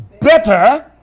better